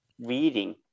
reading